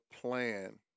plan